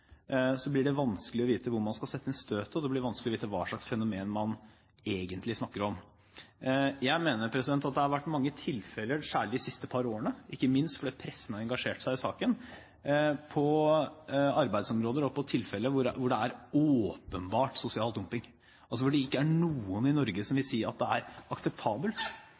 blir det vanskelig å vite hvor man skal sette inn støtet, og det blir vanskelig å vite hva slags fenomen man egentlig snakker om. Jeg mener at det har vært mange tilfeller, særlig de siste par årene, ikke minst fordi pressen har engasjert seg i saken, av arbeidsområder hvor det åpenbart er sosial dumping, hvor det altså ikke er noen i Norge som vil si at det er akseptabelt,